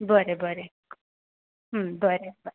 बरें बरें बरें बरें